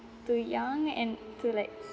too young and to like